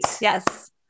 Yes